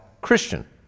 Christian